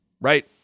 right